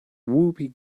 whoopi